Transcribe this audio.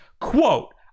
Quote